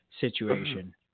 situation